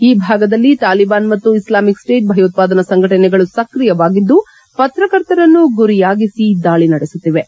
ಈ ಭಾಗದಲ್ಲಿ ತಾಲಿಬಾನ್ ಮತ್ತು ಇಸ್ಲಾಮಿಕ್ ಸ್ಟೇಟ್ ಭಯೋತ್ಪಾದನಾ ಸಂಘಟನೆಗಳು ಸಕ್ರಿಯವಾಗಿದ್ದು ಪತ್ರಕರ್ತರನ್ನು ಗುರಿಯಾಗಿಸಿ ದಾಳಿ ನಡೆಸುತ್ತಿವೆ